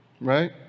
Right